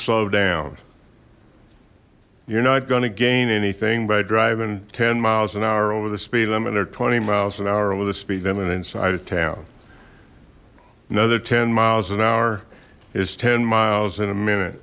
slow down you're not going to gain anything by driving ten miles an hour over the speed limit or twenty miles an hour over the speed limit inside of town another ten miles an hour is ten miles in a minute